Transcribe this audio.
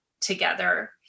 together